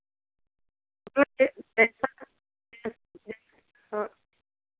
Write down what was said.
हाँ